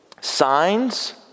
signs